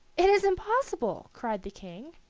it is impossible! cried the king.